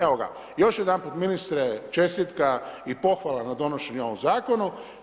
Evo ga, još jedanput ministre čestitka i pohvala na donošenju ovog zakona.